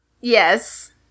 Yes